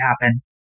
happen